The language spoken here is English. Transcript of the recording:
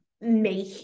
make